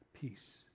peace